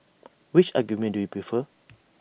which argument do you prefer